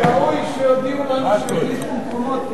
ראוי שיודיעו לנו שהחליפו מקומות,